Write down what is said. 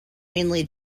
mainly